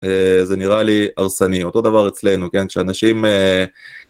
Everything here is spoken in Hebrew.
זה נראה לי הרסני, אותו דבר אצלנו, כשאנשים...